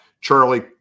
Charlie